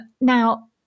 Now